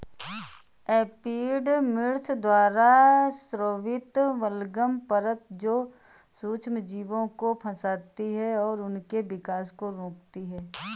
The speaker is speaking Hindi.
एपिडर्मिस द्वारा स्रावित बलगम परत जो सूक्ष्मजीवों को फंसाती है और उनके विकास को रोकती है